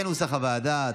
כנוסח הוועדה.